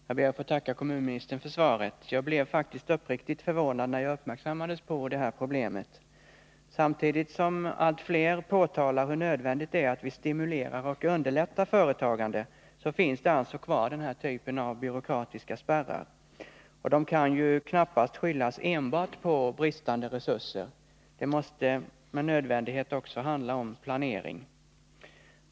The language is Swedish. Herr talman! Jag ber att få tacka kommunministern för svaret. Jag blev faktiskt uppriktigt förvånad när jag uppmärksammades på det här problemet. Samtidigt som allt fler påpekar hur nödvändigt det är att vi stimulerar och underlättar företagande finns alltså den här typen av byråkratiska spärrar kvar. Det kan knappast skyllas enbart på bristande resurser. Det måste med nödvändighet också handla om planering.